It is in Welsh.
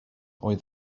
oedd